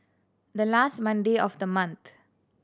the last Monday of the month